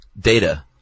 data